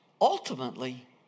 Ultimately